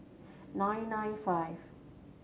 nine nine five